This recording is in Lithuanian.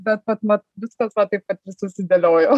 bet kad vat viskas va taip vat susidėliojo